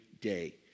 day